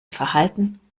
verhalten